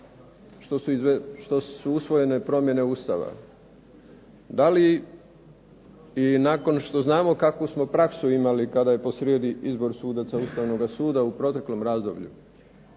što su usvojene promjene Ustava, da li i nakon što znamo kakvu smo praksu imali kada je posrijedi izbor sudaca Ustavnoga suda u proteklom razdoblju,